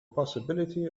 possibility